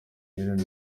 miliyoni